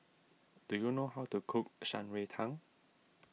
do you know how to cook Shan Rui Tang